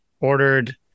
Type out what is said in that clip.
ordered